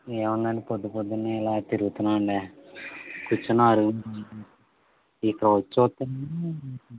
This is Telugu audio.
ఏముందండి పొద్దు పొద్దున్నే ఇలా తిరుగుతున్నాను అండి కూర్చున్నా అరుగు మీ ఈ ఏదో చూస్తున్నా